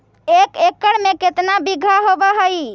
एक एकड़ में केतना बिघा होब हइ?